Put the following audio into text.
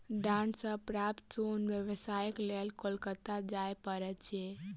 डांट सॅ प्राप्त सोन व्यवसायक लेल कोलकाता जाय पड़ैत छै